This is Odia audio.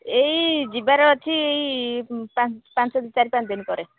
ଏଇ ଯିବାର ଅଛି ଏଇ ପାଞ୍ଚ ପାଞ୍ଚ ଚାରି ପାଞ୍ଚ ଦିନ ପରେ